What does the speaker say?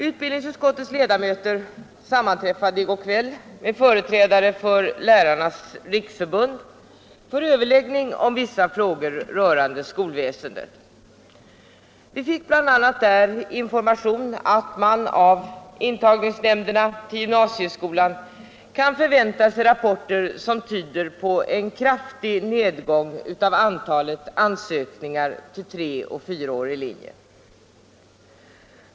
Utbildningsutskottets ledamöter sammanträffade i går kväll med företrädare för Lärarnas riksförbund för överläggning om vissa frågor rörande skolväsendet. Vi fick bl.a. där information om att man från intagningsnämnderna för gymnasieskolan kan förvänta sig rapporter som tyder på en kraftig nedgång av antalet ansökningar till treoch fyraårig linje.